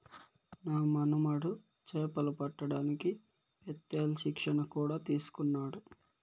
నా మనుమడు చేపలు పట్టడానికి పెత్తేల్ శిక్షణ కూడా తీసుకున్నాడు